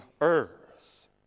earth